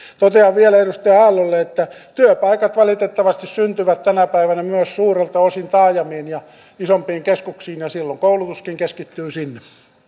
totean vielä edustaja aallolle että työpaikat valitettavasti syntyvät tänä päivänä myös suurelta osin taajamiin ja isompiin keskuksiin ja silloin koulutuskin keskittyy sinne